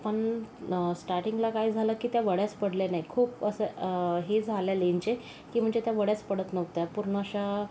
पण स्टार्टिंगला काय झालं की त्या वड्याच पडल्या नाहीत खूप असं हे झालेले म्हणजे की म्हणजे त्या वड्याच पडत नव्हत्या पूर्ण अशा